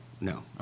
no